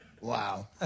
Wow